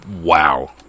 Wow